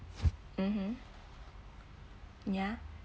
mmhmm ya